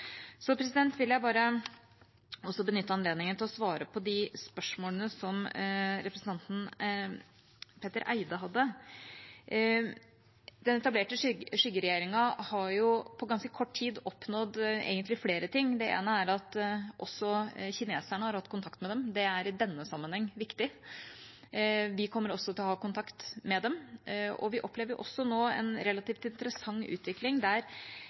Så vil jeg bare også benytte anledningen til å svare på de spørsmålene som representanten Petter Eide hadde. Den etablerte skyggeregjeringa har jo på ganske kort tid egentlig oppnådd flere ting. Det ene er at også kineserne har hatt kontakt med dem, og det er i denne sammenheng viktig. Vi kommer også til å ha kontakt med dem, og vi opplever nå en relativt interessant utvikling, der